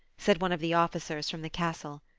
said one of the officers from the castle.